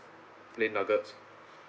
plain nugget